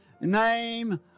name